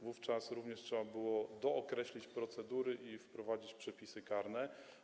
Wówczas również trzeba było dookreślić procedury i wprowadzić przepisy karne.